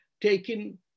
taken